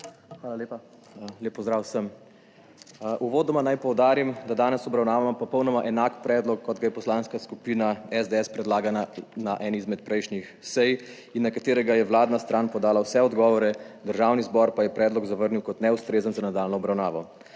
Hvala lepa. Lep pozdrav vsem! Uvodoma naj poudarim, da danes obravnavamo popolnoma enak predlog kot ga je Poslanska skupina SDS predlagala na eni izmed prejšnjih sej in na katerega je vladna stran podala vse odgovore, Državni zbor pa je predlog zavrnil kot neustrezen za nadaljnjo obravnavo.